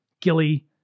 Gilly